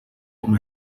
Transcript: com